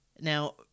now